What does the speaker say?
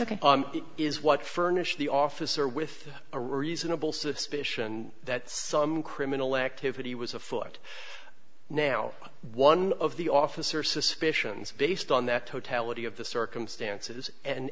it is what furnished the officer with a reasonable suspicion that some criminal activity was afoot now one of the officer suspicions based on that totality of the circumstances and